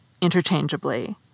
interchangeably